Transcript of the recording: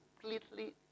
completely